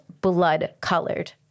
blood-colored